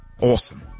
Awesome